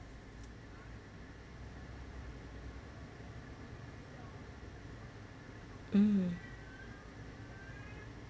um